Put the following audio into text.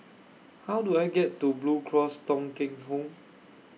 How Do I get to Blue Cross Thong Kheng Home